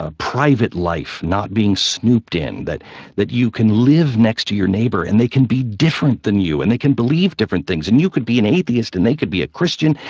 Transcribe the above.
ah private life not being snooped in, that that you can live next to your neighbor and they can be different than you and they can believe different things. and you could be an atheist, and they could be a christian,